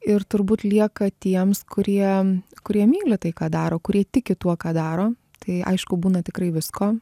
ir turbūt lieka tiems kurie kurie myli tai ką daro kurie tiki tuo ką daro tai aišku būna tikrai visko